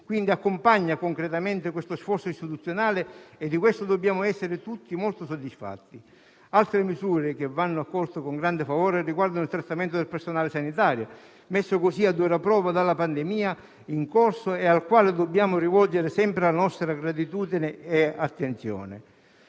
oggi accompagna concretamente questo sforzo istituzionale e di ciò dobbiamo essere tutti molto soddisfatti. Altre misure che vanno accolte con grande favore riguardano il trattamento del personale sanitario, messo così a dura prova dalla pandemia in corso e al quale dobbiamo rivolgere sempre la nostra gratitudine e attenzione.